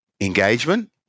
engagement